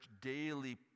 daily